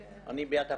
אני בעד הפלות.